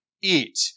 eat